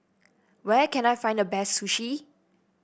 where can I find the best Sushi